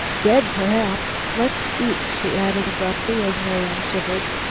dead, perhaps. let's eat, she added abruptly, as marian shivered.